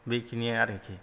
बेखिनिआ आरोखि